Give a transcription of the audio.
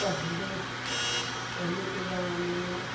पहले पहले के जमाने में